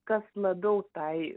kas labiau tai